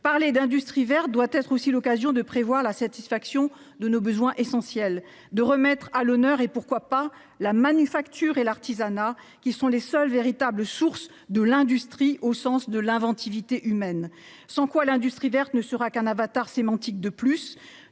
une industrie verte doit être l'occasion de prévoir la satisfaction de nos besoins essentiels et de remettre à l'honneur- pourquoi pas -la manufacture et l'artisanat, qui sont les seules véritables expressions de l'industrie, au sens de l'inventivité humaine. Autrement, l'industrie verte ne sera qu'un avatar sémantique de plus.